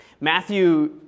Matthew